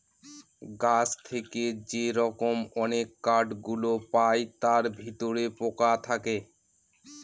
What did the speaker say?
গাছ থেকে যে রকম অনেক কাঠ গুলো পায় তার ভিতরে পোকা থাকে